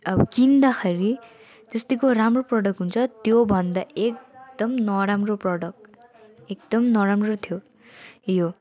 अब किन्दाखेरि जति को राम्रो प्रडक्ट हुन्छ त्यो भन्दा एकदम नराम्रो प्रडक्ट एकदम नराम्रो थियो यो